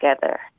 together